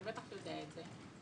אתה בטח יודע את זה.